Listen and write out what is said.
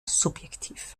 subjektiv